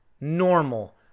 normal